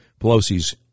Pelosi's